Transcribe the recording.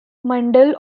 mandal